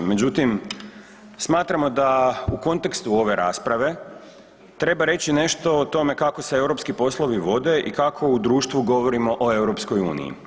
Međutim, smatramo da u kontekstu ove rasprave treba reći nešto o tome kako se europski poslovi vode i kako u društvu govorimo o EU.